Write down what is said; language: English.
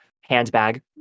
handbag